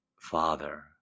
Father